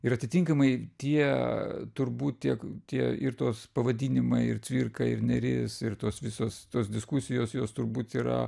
ir atitinkamai tie turbūt tiek tie ir tos pavadinimai ir cvirka ir neris ir tos visos tos diskusijos jos turbūt yra